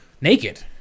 Naked